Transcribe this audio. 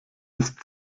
ist